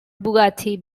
bugatti